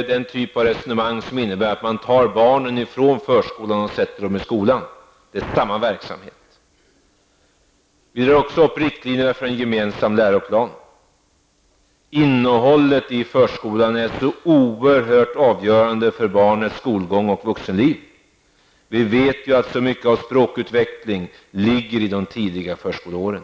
och den typ av resonemang som innebär att man tar barnen ifrån förskolan och sätter dem i skolan. Det är samma verksamhet. Vi drar också upp riktlinjerna för en gemensam läroplan. Innehållet i förskolan är oerhört avgörande för barnets skolgång och vuxenliv. Vi vet att mycket av språkutvecklingen sker i de tidiga förskoleåren.